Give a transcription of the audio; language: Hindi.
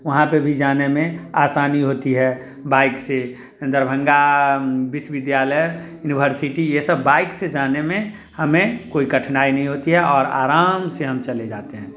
वहाँ पर भी जाने में आसानी होती है बाइक से दरभंगा विश्वविद्यालय यूनिवर्सिटी ये सब बाइक से जाने में हमें कोई कठिनाई नहीं होती है और आराम से हम चले जाते हैं